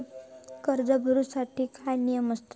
कर्ज भरूच्या साठी काय नियम आसत?